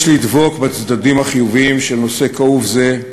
יש לדבוק בצדדים החיוביים של נושא כאוב זה,